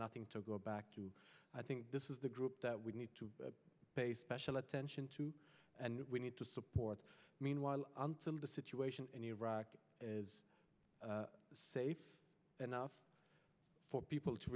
nothing to go back to i think this is the group that we need to pay special attention to and we need to support meanwhile the situation in iraq is safe enough for people to